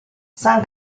san